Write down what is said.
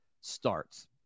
starts